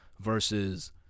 versus